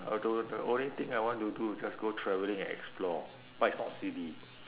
although the only thing I want to do is just go travelling and explore but it's not silly